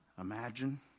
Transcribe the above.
imagine